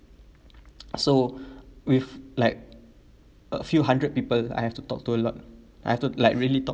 so with like a few hundred people I have to talk to a lot I have to like really talk